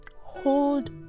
hold